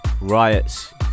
riots